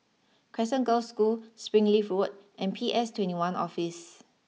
Crescent Girls' School Springleaf Road and P S twenty one Office